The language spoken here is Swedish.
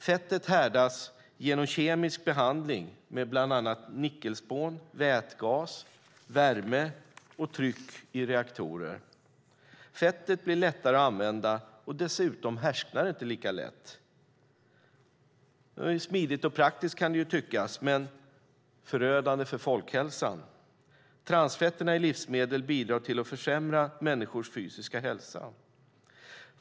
Fettet härdas genom kemisk behandling med bland annat nickelspån, vätgas, värme och tryck i reaktorer. Fettet blir lättare att använda, och dessutom härsknar det inte lika lätt. Smidigt och praktiskt kan det tyckas men förödande för folkhälsan. Transfetterna i livsmedel bidrar till att försämra människors fysiska hälsa.